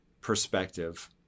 perspective